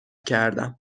کردم